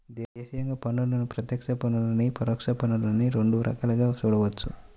దేశీయంగా పన్నులను ప్రత్యక్ష పన్నులనీ, పరోక్ష పన్నులనీ రెండు రకాలుగా చూడొచ్చు